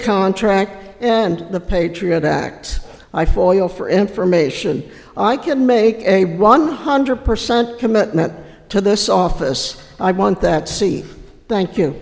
contract and the patriot act i for you offer information i can make a one hundred percent commitment to this office i want that seat thank you